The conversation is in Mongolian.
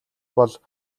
бол